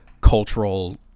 cultural